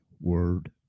word